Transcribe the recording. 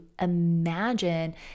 imagine